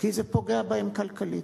כי זה פוגע בהם כלכלית.